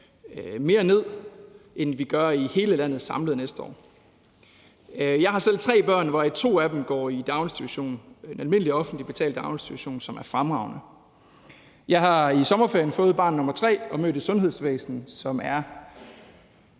mere ned, end vi gør i hele landet samlet næste år. Jeg har selv tre børn, hvoraf to går i daginstitution – en almindelig offentligt betalt daginstitution, som er fremragende. Jeg har i sommerferien fået barn nr. 3 og mødt et sundhedsvæsen, som er